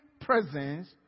presence